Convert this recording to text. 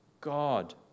God